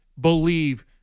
believe